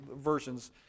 versions